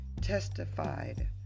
testified